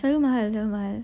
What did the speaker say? terlalu mahal